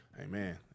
Amen